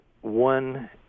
one